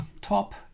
top